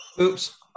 Oops